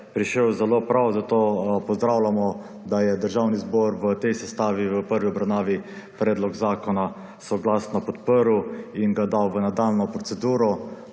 prišel zelo prav, zato pozdravljamo, da je Državni zbor v tej sestavi v prvi obravnavi predlog zakona soglasno podprl in ga dal v nadaljnjo proceduro.